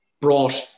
brought